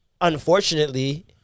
unfortunately